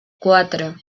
cuatro